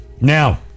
Now